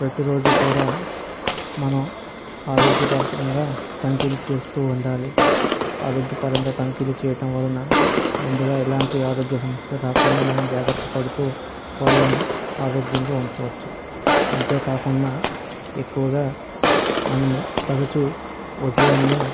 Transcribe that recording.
ప్రతిరోజు కూడా మనం ఆరోగ్యపరంగా తనిఖీలు చేస్తు ఉండాలి ఆరోగ్యపరంగా తనిఖీలు చేయటం వలన ముందుగా ఎలాంటి ఆరోగ్య సమస్యలు రాకుండా మనం జాగ్రత్త పడుతు కోళ్ళను ఆరోగ్యంగా ఉంచవచ్చు అంతేకాకుండా ఎక్కువగా మనము తరచు ఉదయాన్నే